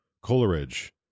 Coleridge